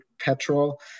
petrol